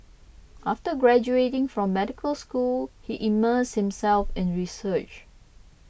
after graduating from medical school he immersed himself in research